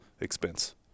expense